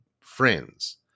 friends